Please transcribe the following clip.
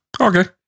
Okay